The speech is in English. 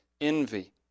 envy